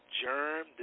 germ